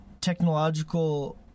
technological